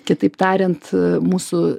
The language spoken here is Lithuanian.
kitaip tariant mūsų